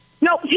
No